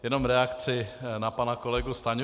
Jenom reakce na pana kolegu Stanjuru.